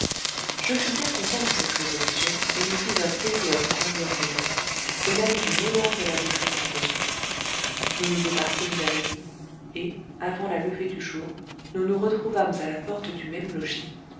je fus bien content de cette résolution et me fis un plaisir de conduire brulette de même qu'un honneur de la défendre au besoin nous nous départîmes à la nuit et avant la levée du jour nous nous retrouvâmes à la porte du même logis